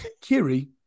Kiri